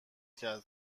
کرد